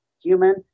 human